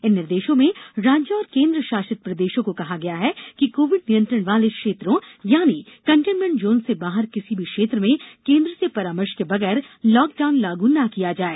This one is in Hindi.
इन निर्देशों में राज्यों और केंद्र शासित प्रदेशों को कहा गया है कि कोविड नियंत्रण वाले क्षेत्रों यानी कन्टेनमेंट जोन से बाहर किसी भी क्षेत्र में केंद्र से परामर्श के बगैर लॉकडाउन लागू न किया जाए